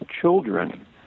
children